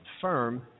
firm